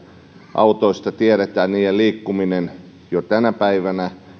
autoista tiedetään niiden liikkuminen jo tänä päivänä